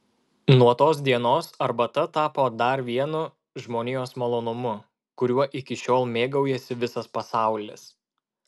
nuo tos dienos arbata tapo dar vienu žmonijos malonumu kuriuo iki šiol mėgaujasi visas pasaulis